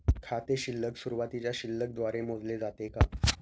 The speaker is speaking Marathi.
खाते शिल्लक सुरुवातीच्या शिल्लक द्वारे मोजले जाते का?